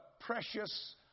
precious